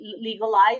legalize